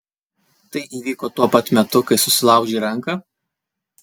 tai įvyko tuo pat metu kai susilaužei ranką